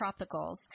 Tropicals